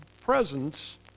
presence